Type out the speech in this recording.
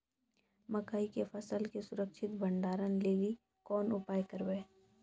मकई के फसल के सुरक्षित भंडारण लेली कोंन उपाय करबै?